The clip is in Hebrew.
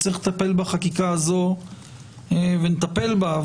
צריך לטפל בחקיקה הזו ונטפל בה,